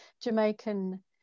Jamaican